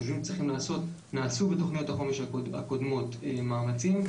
נעשו בתוכניות החומש הקודמות מאמצים,